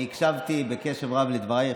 הקשבתי בקשב רב לדברייך,